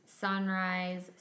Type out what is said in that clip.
sunrise